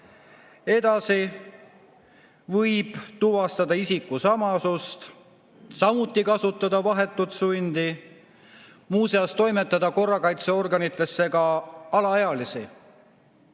Edasi võib tuvastada isikusamasust, samuti kasutada vahetut sundi, muuseas toimetada korrakaitseorganitesse ka alaealisi.